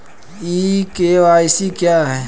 ई KYC क्या है?